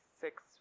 six